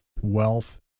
wealth